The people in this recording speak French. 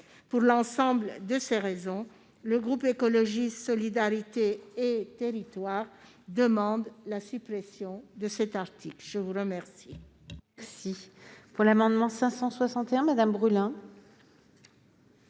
Pour l'ensemble de ces raisons, le groupe Écologiste - Solidarité et Territoire demande la suppression de cet article. La parole